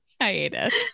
hiatus